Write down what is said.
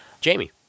Jamie